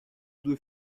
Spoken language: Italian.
due